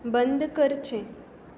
बंद करचें